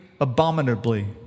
abominably